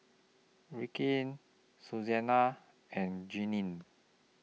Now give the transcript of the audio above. Rickie Susanne and Glennie